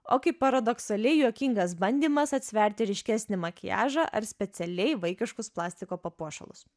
o kaip paradoksaliai juokingas bandymas atsverti ryškesnį makiažą ar specialiai vaikiškus plastiko papuošalus